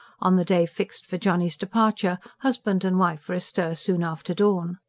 on the day fixed for johnny's departure husband and wife were astir soon after dawn.